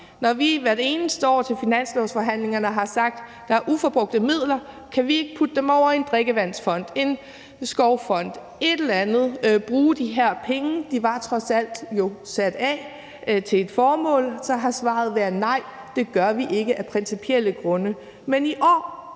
Når vi hvert eneste år til finanslovsforhandlingerne har sagt, at der er uforbrugte midler, og spurgt, om vi ikke kunne lægge dem over i en drikkevandsfond eller en skovfond eller et eller andet, så vi kan bruge de her penge, for de var jo trods alt sat af til et formål, så har svaret været: Nej, det gør vi ikke af principielle grunde. Men i år